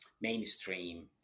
mainstream